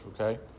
Okay